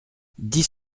dix